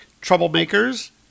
Troublemakers